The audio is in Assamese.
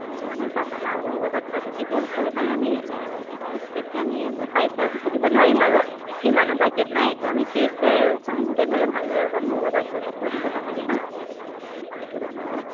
মানে চাওক আমাৰ সৰু সৰু বাচ্চাও থাকিব চ' সেইকাৰণে আমি হোম ষ্টে'তকৈ আমি ফাইভ ষ্টাৰতটো থাকিব নোৱাৰিম বাৰু সিমানো বাজেট নাই ত' আমি থ্ৰী ষ্টাৰ এখন হোটেল হ'লে ভাল হয় আৰু কাৰণ সৰু সৰু বাচ্চাৰ ছিকিউৰিটিৰ কথা থাকে ন সেইটো কথা আৰু